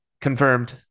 Confirmed